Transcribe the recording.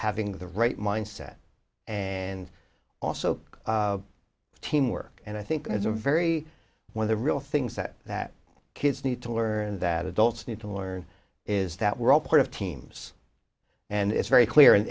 having the right mindset and also teamwork and i think that's a very one of the real things that that kids need to learn that adults need to learn is that we're all part of teams and it's very clear